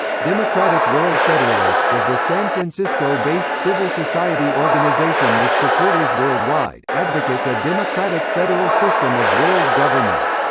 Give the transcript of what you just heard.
democratic world federalists is a san-francisco-based civil society organization with supporters worldwide, advocates a democratic federal system of world government.